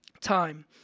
time